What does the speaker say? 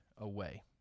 away